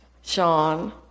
Sean